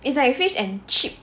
it's like fish and chip